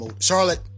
Charlotte